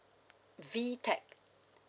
VTEC